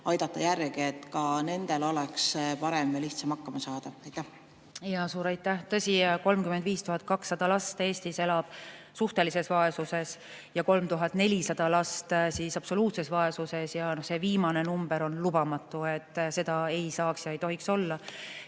aidata, et ka nendel oleks parem ja lihtsam hakkama saada? Jaa, suur aitäh! Tõsi, 35 200 last Eestis elab suhtelises vaesuses ja 3400 last absoluutses vaesuses. See viimane number on lubamatu. Seda ei saaks ja ei tohiks olla.